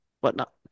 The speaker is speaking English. whatnot